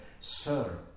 Sir